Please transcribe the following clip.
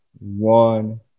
one